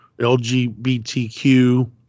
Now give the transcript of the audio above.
LGBTQ